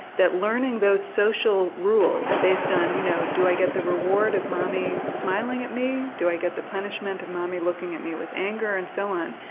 that learning those social rules based on, you know, do i get the reward of mummy smiling at me, do i get the punishment of mummy looking at me with anger and so on,